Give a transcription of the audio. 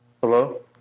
Hello